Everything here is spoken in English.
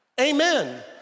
Amen